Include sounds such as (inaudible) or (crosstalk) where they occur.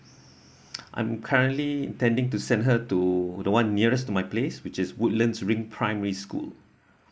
(breath) I'm currently intending to send her to the one nearest to my place which is woodlands ring primary school